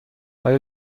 آیا